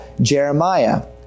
Jeremiah